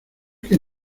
que